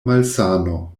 malsano